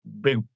big